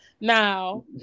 Now